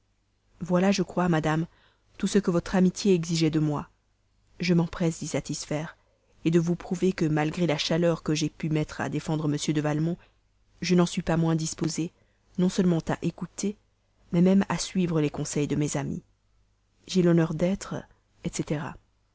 voilà je crois madame tout ce que votre amitié exigeait de moi je m'empresse d'y satisfaire de vous prouver que malgré la chaleur que j'ai pu mettre à défendre m de valmont je n'en suis pas moins disposée non seulement à écouter mais même à suivre les conseils de mes amis j'ai l'honneur d'être etc